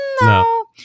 No